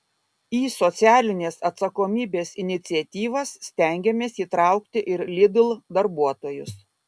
į socialinės atsakomybės iniciatyvas stengiamės įtraukti ir lidl darbuotojus